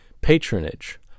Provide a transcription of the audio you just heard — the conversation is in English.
patronage